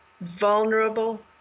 vulnerable